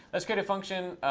let's go to function.